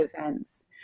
events